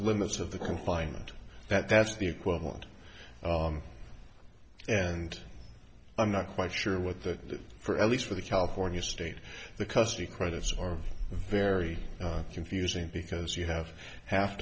limits of the confinement that's the equivalent and i'm not quite sure what that for at least for the california state the custody credits are very confusing because you have